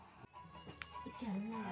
तीन एकड़ भूमि मे कतेक मुंगफली उपज होही?